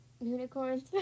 Unicorns